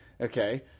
Okay